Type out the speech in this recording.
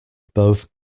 both